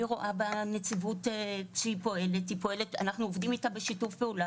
אנחנו עובדים עם הנציבות בשיתוף פעולה,